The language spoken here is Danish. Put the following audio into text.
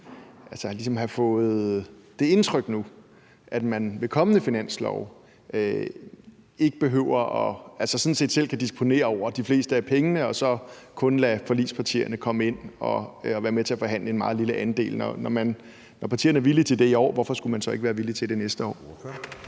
have fået det indtryk, at man ved kommende finanslove sådan set selv kan disponere over de fleste af pengene og så kun lade forligspartierne komme ind og være med til at forhandle en meget lille andel. For når partierne er villige til det i år, hvorfor skulle de så ikke være villige til det næste år?